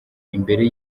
imbere